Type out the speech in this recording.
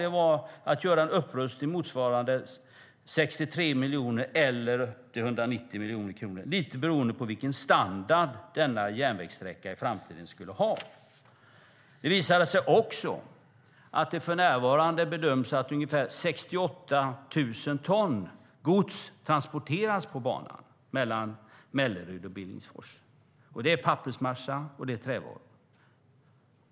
Det var att göra en upprustning motsvarande 63 miljoner kronor eller upp till 190 miljoner kronor, lite beroende på vilken standard denna järnvägssträcka skulle ha i framtiden. Det visade sig också att det för närvarande bedöms att ungefär 68 000 ton gods transporteras på banan mellan Mellerud och Billingsfors. Det är pappersmassa och trävaror.